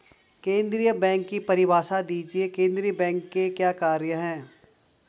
केंद्रीय बैंक की परिभाषा दीजिए केंद्रीय बैंक के क्या कार्य हैं?